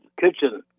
Kitchen